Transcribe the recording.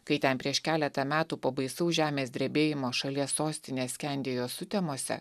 kai ten prieš keletą metų po baisaus žemės drebėjimo šalies sostinė skendėjo sutemose